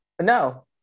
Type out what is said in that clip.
No